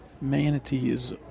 Manatees